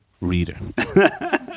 reader